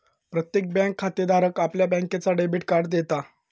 प्रत्येक बँक खातेधाराक आपल्या बँकेचा डेबिट कार्ड देता